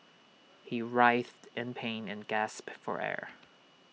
he writhed in pain and gasped for air